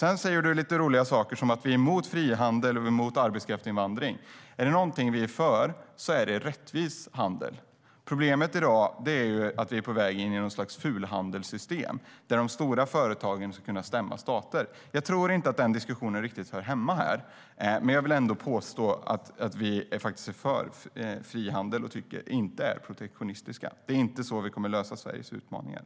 Schulte säger en del roliga saker, som att vi är emot frihandel och arbetskraftsinvandring. Är det någonting vi är för så är det rättvis handel. Problemet är att vi i dag är på väg in i något slags fulhandelssystem där de stora företagen ska kunna stämma stater. Jag tycker inte att den diskussionen riktigt hör hemma här, men jag vill ändå påpeka att vi är för frihandel och är inte protektionistiska. Det är inte så vi löser Sveriges utmaningar.